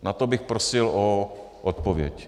Na to bych prosil odpověď.